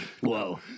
Whoa